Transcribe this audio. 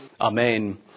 Amen